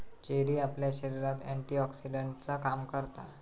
cherry आपल्या शरीरात एंटीऑक्सीडेंटचा काम करता